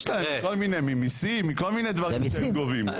יש להם, ממסים, מכל מיני דברים שהם גובים.